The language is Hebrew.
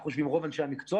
כך חושבים רוב אנשי המקצוע,